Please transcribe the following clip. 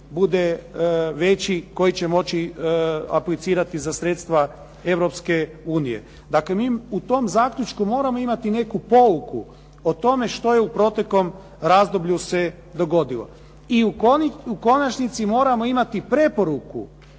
bude veći koji će moći aplicirati za sredstva Europske unije. Dakle, mi u tom zaključku moramo imati neku pouku o tome što je u proteklom razdoblju se dogodilo. I u konačnici moramo imati preporuku